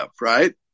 right